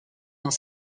dans